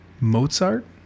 Mozart